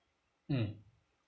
mm